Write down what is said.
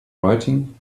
writing